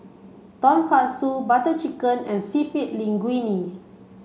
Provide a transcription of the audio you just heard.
Tonkatsu Butter Chicken and Linguine